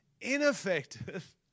ineffective